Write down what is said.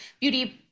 beauty